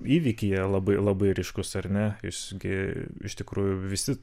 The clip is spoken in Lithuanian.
įvykyje labai labai ryškus ar ne jūs gi iš tikrųjų visi